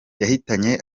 yahitanye